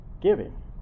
giving